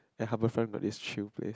then Harbourfront got this chill place